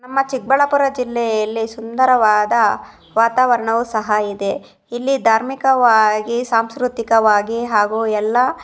ನಮ್ಮ ಚಿಕ್ಕಬಳ್ಳಾಪುರ ಜಿಲ್ಲೆಯಲ್ಲಿ ಸುಂದರವಾದ ವಾತಾವರಣವು ಸಹ ಇದೆ ಇಲ್ಲಿ ಧಾರ್ಮಿಕವಾಗಿ ಸಾಂಸ್ಕೃತಿಕವಾಗಿ ಹಾಗೂ ಎಲ್ಲ